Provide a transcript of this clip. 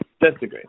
Disagree